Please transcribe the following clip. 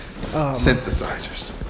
Synthesizers